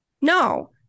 No